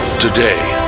today,